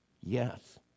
yes